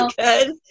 good